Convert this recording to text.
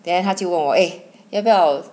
then 他就问我诶要不要